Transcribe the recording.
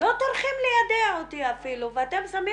לא טורחים ליידע אותי אפילו ואתם שמים